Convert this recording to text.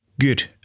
Good